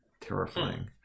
terrifying